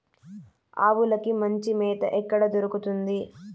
ఆవులకి మంచి మేత ఎక్కడ దొరుకుతుంది?